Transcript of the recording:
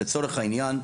לצורך העניין,